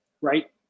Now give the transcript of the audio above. right